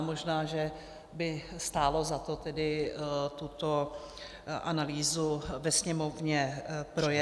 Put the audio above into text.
Možná že by stálo za to tedy tuto analýzu ve Sněmovně projednat.